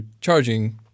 charging